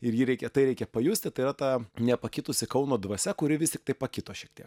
ir jį reikia tai reikia pajusti tai yra ta nepakitusi kauno dvasia kuri vis tiktai pakito šiek tiek